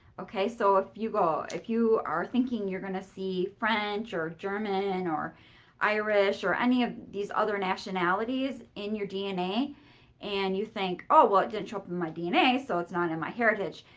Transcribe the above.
okay? so if you go if you are thinking you're going to see french or german or irish or any of these other nationalities in your dna and you think, oh, well, it didn't show up in my dna, so it's not in my heritage,